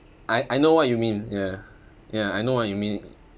I I know what you mean ya ya I know what you mean